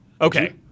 Okay